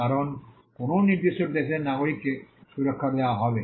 কারণ কোনও নির্দিষ্ট দেশের নাগরিককে সুরক্ষা দেওয়া হবে